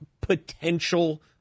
potential